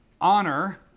honor